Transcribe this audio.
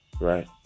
right